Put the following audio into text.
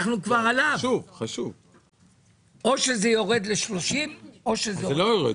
או שזה יורד ל-30 --- זה לא יורד.